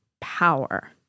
power